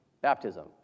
baptism